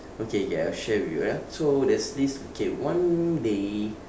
okay okay I will share with you ah so there's this okay one day